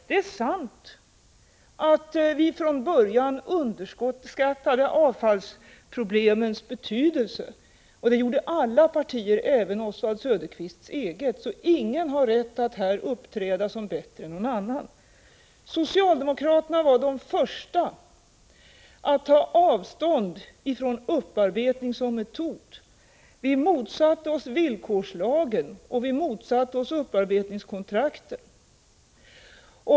Det är sant att vi från början underskattade avfallsproblemens betydelse. Det gjorde alla partier, även Oswald Söderqvists parti. Ingen har således rätt att här uppträda som om han vore bättre än någon annan. Socialdemokraterna var de första att ta avstånd från upparbetning som metod. Vi motsatte oss villkorslagen, och vi motsatte oss upparbetningskontrakten.